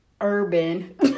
Urban